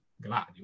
Gladio